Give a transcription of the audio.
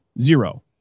zero